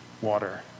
water